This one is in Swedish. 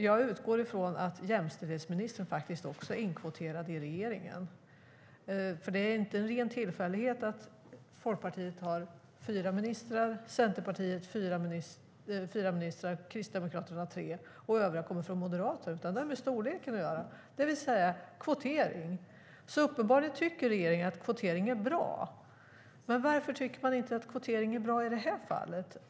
Jag utgår också från att jämställdhetsministern är inkvoterad i regeringen. Det är inte en ren tillfällighet att Folkpartiet har fyra ministrar, Centerpartiet fyra och Kristdemokraterna tre och att övriga kommer från Moderaterna. Det har med storleken att göra. Det är alltså kvotering. Uppenbarligen tycker därmed regeringen att kvotering är bra. Varför tycker man då inte att kvotering är bra i just det här fallet?